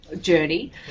journey